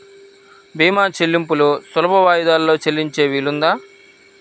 భీమా చెల్లింపులు సులభ వాయిదాలలో చెల్లించే వీలుందా?